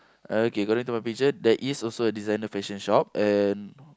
okay according to my picture there is also a designer fashion shop and